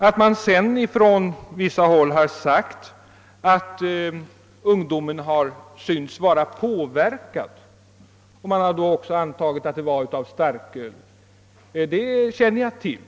— Att det sedan från visst håll har sagts att ungdomar har synts vara påverkade — man har då antagit att det gällt starköl — känner jag till.